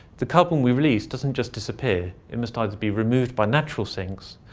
the carbon we release doesn't just disappear, it must either be removed by natural sinks,